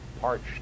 parched